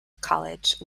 college